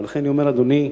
לכן אני אומר, אדוני,